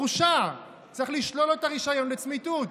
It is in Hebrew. הוא הורשע, צריך לשלול לו את הרישיון לצמיתות.